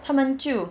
他们就